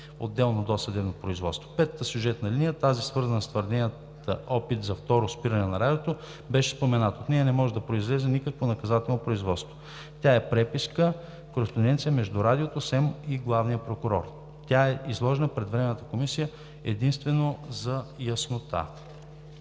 отделно досъдебно производство. Петата сюжетна линия – тази, свързана с твърдения и опит за второ спиране на Радиото, беше спомената. От нея не може да произлезе никакво наказателно производство. Тя е една преписка, кореспонденция между Радиото, СЕМ и главния прокурор. Тя е изложена пред Временната комисия единствено за яснота.